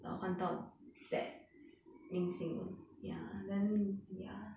err 换到 that yun qing ya then ya